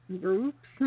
groups